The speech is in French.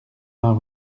vingt